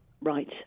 Right